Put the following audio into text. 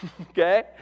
okay